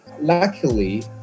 luckily